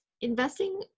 Investing